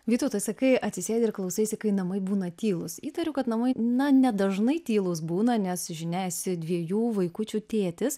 vytautai sakai atsisėdi ir klausaisi kai namai būna tylūs įtariu kad namai na nedažnai tylūs būna nes žinia esi dviejų vaikučių tėtis